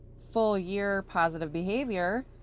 full year positive behavior,